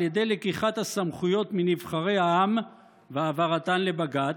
ידי לקיחת הסמכויות מנבחרי העם והעברתן לבג"ץ,